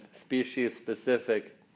species-specific